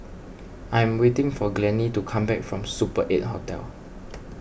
I am waiting for Glennie to come back from Super eight Hotel